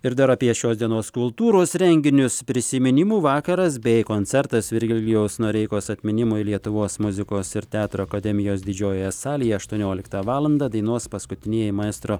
ir dar apie šios dienos kultūros renginius prisiminimų vakaras bei koncertas virgilijaus noreikos atminimui lietuvos muzikos ir teatro akademijos didžiojoje salėje aštuonioliktą valandą dainuos paskutinieji maestro